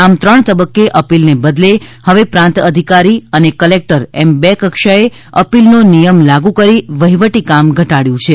આમ ત્રણ તબક્કે અપિલને બદલે હવે પ્રાંત અધિકારી અને કલેકટર એમ બે કક્ષાએ અપીલનો નિયમ લાગુ કરી વહીવટી કામ ઘટાડયું છે